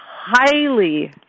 highly